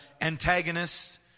antagonists